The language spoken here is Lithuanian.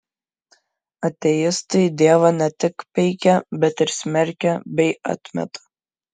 ateistai dievą ne tik peikia bet ir smerkia bei atmeta